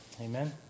Amen